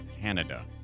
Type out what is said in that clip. Canada